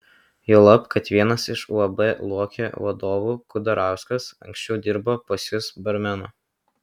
juolab kad vienas iš uab luokė vadovų kudarauskas anksčiau dirbo pas jus barmenu